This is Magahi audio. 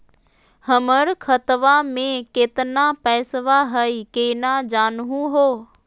हमर खतवा मे केतना पैसवा हई, केना जानहु हो?